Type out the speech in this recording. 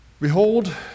Behold